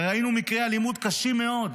הרי ראינו מקרי אלימות קשים מאוד,